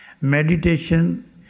meditation